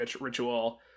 ritual